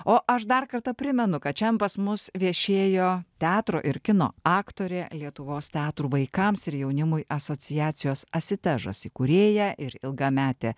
o aš dar kartą primenu kad šian pas mus viešėjo teatro ir kino aktorė lietuvos teatrų vaikams ir jaunimui asociacijos asitežas įkūrėja ir ilgametė